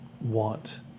want